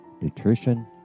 nutrition